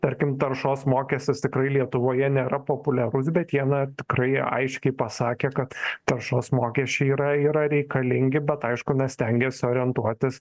tarkim taršos mokestis tikrai lietuvoje nėra populiarus bet jie na tikrai aiškiai pasakė kad taršos mokesčiai yra yra reikalingi bet aišku na stengiasi orientuotis